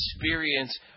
experience